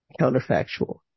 counterfactual